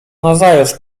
nazajutrz